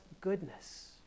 goodness